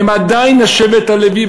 הם עדיין שבט הלוי,